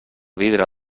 vidre